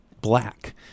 black